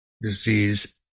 disease